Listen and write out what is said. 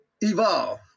evolve